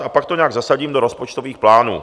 A pak to nějak zasadím do rozpočtových plánů.